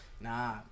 Nah